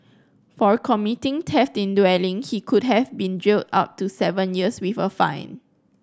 for committing theft in dwelling he could have been jailed up to seven years with a fine